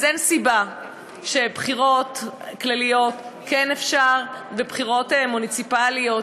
אז אין סיבה שבבחירות כלליות כן אפשר ובבחירות מוניציפליות,